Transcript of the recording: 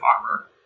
armor